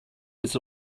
was